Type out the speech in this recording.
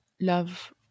love